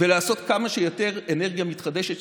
ולעשות כמה שיותר אנרגיה מתחדשת,